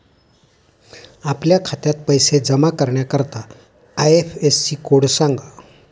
आपल्या खात्यात पैसे जमा करण्याकरता आय.एफ.एस.सी कोड सांगा